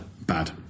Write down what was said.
Bad